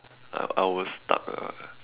I was stuck ah